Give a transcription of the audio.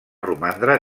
romandre